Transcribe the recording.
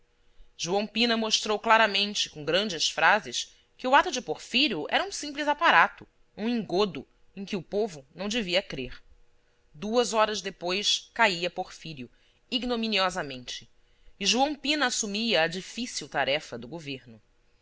joão pina mostrou claramente com grandes frases que o ato de porfírio era um simples aparato um engodo em que o povo não devia crer duas horas depois caía porfírio ignominiosamente e joão pina assumia a difícil tarefa do governo